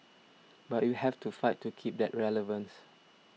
but you have to fight to keep that relevance